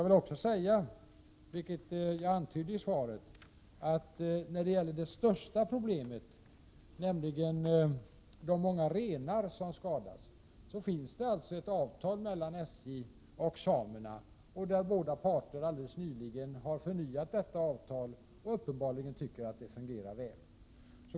Beträffande det största problemet — de många renar som skadas — finns det ett avtal mellan SJ och samerna som båda parter helt nyligen har förnyat och uppenbarligen tycker fungerar väl.